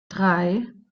drei